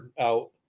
out